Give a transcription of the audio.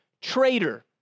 Traitor